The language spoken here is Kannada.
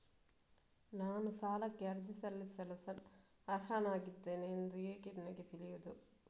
ನಾನು ಸಾಲಕ್ಕೆ ಅರ್ಜಿ ಸಲ್ಲಿಸಲು ಅರ್ಹನಾಗಿದ್ದೇನೆ ಎಂದು ನನಗೆ ಹೇಗೆ ತಿಳಿಯುದು?